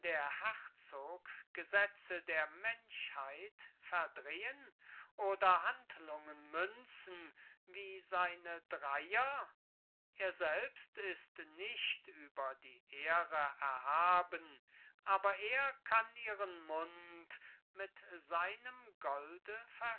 gesetze der menschheit verdrehen oder handlungen münzen wie seine dreier er selbst ist nicht über die ehre erhaben aber er kann ihren mund mit seinem golde